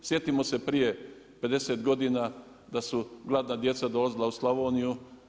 Sjetimo se prije 50 godina da su gladna djeca dolazila u Slavoniju.